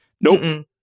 Nope